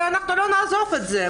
לא נעזוב את זה.